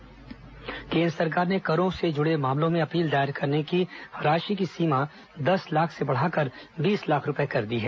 कर सीमा केन्द्र सरकार ने करों से जुड़े मामलों में अपील दायर करने की राशि की सीमा दस लाख से बढ़ाकर बीस लाख रूपए कर दी है